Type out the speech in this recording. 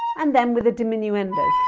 and then with a diminuendo